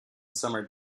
summer